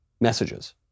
messages